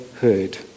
heard